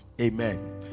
amen